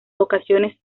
ocasiones